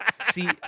See